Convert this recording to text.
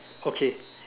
okay